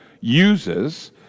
uses